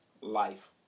Life